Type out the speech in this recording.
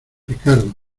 ricardo